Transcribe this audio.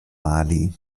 mali